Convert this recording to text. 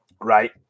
right